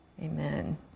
Amen